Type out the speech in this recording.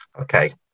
okay